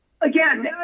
again